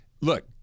look